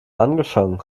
angefangen